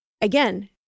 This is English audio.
Again